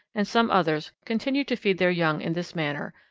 and some others continue to feed their young in this manner,